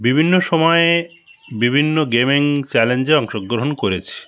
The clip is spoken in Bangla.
বিভিন্ন সময়ে বিভিন্ন গেমিং চ্যালেঞ্জে অংশগ্রহণ করেছি